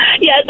Yes